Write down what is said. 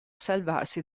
salvarsi